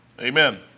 Amen